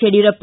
Yediyurappa